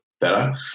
better